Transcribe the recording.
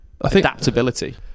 adaptability